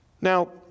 Now